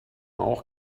auch